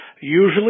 Usually